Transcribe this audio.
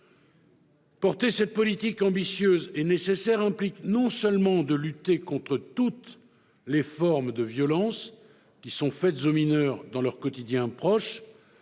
Porter cette politique ambitieuse et nécessaire implique de lutter non seulement contre toutes les formes de violences qui sont faites aux mineurs dans leur quotidien proche,